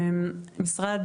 משרד